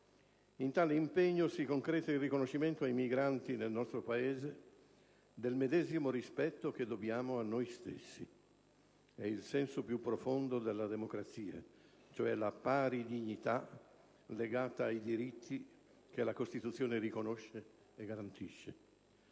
In tale impegno si concreta il riconoscimento ai migranti nel nostro Paese del medesimo rispetto che dobbiamo a noi stessi. E' il senso più profondo della democrazia: la pari dignità legata ai diritti che la Costituzione riconosce e garantisce.